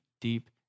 deep